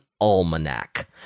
almanac